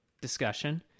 discussion